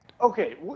Okay